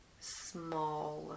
small